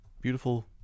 beautiful